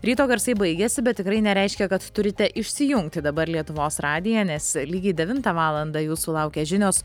ryto garsai baigėsi bet tikrai nereiškia kad turite išsijungti dabar lietuvos radiją nes lygiai devintą valandą jūsų laukia žinios